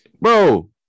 bro